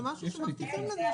זה משהו שמבטיחים לנו.